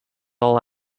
all